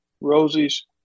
rosie's